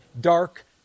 dark